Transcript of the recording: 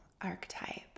archetype